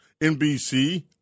NBC